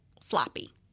floppy